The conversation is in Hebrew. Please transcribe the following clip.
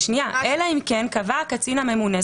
"אלא אם כן קבע הקצין הממונה".